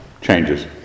changes